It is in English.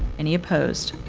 any opposed?